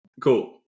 Cool